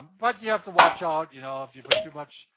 but you have to watch out, you know, if you put too much,